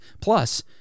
Plus